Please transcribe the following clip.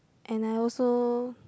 and I also